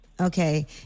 Okay